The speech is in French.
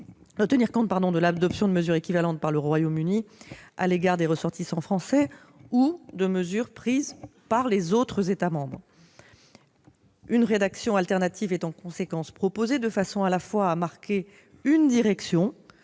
de l'adoption de mesures équivalentes par le Royaume-Uni à l'égard des ressortissants français ou de mesures prises par les autres États membres. Une rédaction alternative est en conséquence proposée de façon à marquer une direction